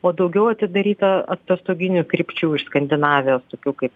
o daugiau atidaryta atostoginių krypčių iš skandinavijos tokių kaip